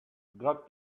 got